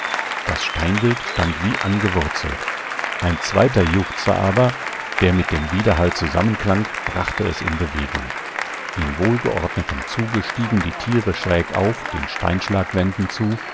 das steinwild stand wie angewurzelt ein zweiter juchzer aber der mit dem widerhall zusammenklang brachte es in bewegung in wohlgeordnetem zuge stiegen die tiere schräg auf den steinschlagwänden zu